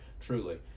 truly